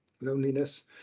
loneliness